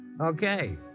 Okay